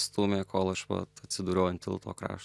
stūmė kol aš vat atsidūriau ant tilto krašto